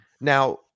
now